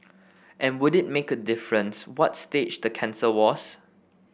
and would it make a difference what stage the cancer was